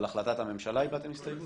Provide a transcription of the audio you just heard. על החלטת הממשלה הבעתם הסתייגות?